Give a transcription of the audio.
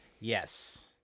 Yes